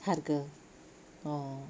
harga oh